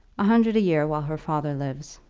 a hundred a year while her father lives.